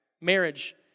marriage